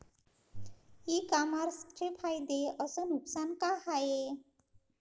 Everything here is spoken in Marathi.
इ कामर्सचे फायदे अस नुकसान का हाये